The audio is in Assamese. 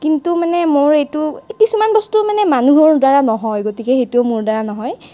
কিন্তু মানে মোৰ এইটো কিছুমান বস্তু মানে মানুহৰ দ্বাৰা নহয় গতিকে সেইটো মোৰ দ্বাৰা নহয়